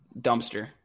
dumpster